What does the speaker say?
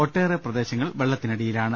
ഒട്ടേറെ പ്രദേശങ്ങൾ വെള്ളത്തിനടിയിലാണ്